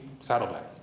Saddleback